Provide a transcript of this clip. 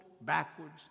backwards